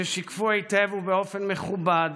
ששיקפו היטב ובאופן מכובד